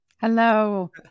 Hello